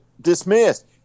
dismissed